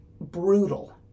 brutal